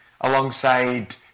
alongside